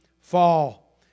fall